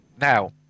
now